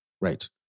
right